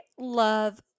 love